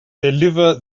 deliver